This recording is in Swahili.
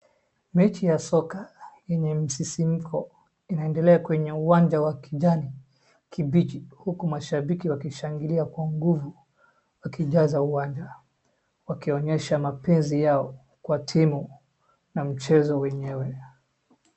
Mechi ya soka yenye msisimko inaendelea kwenye uwanja wa kijani kibichi uku mashambiki wakishangilia kwa nguvu wakijaza uwanja wakionyesha mapenzi yao kwa timu na mchezo wenyewe.